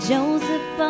Joseph